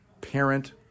parent